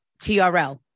TRL